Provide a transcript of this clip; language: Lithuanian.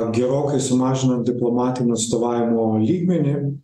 gerokai sumažinant diplomatinio atstovavimo lygmenį